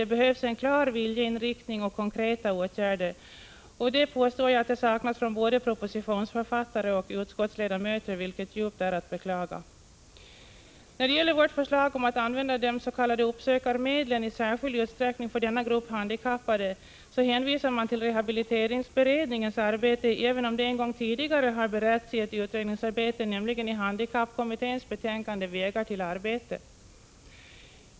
Det behövs en klar viljeinriktning och konkreta åtgärder. Jag påstår att detta saknas hos både propositionsförfattare och utskottsledamöter, vilket är att djupt beklaga. När det gäller vårt förslag om att använda de s.k. uppsökarmedlen i särskild utsträckning för denna grupp handikappade hänvisar utskottet till rehabiliteringsberedningens arbete, trots att frågan en gång tidigare har 155 beretts i ett utredningsarbete, nämligen i handikappkommitténs betänkande Vägar till arbete.